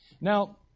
Now